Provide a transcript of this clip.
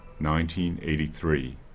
1983